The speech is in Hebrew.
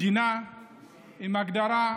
מדינה עם הגדרה,